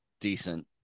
decent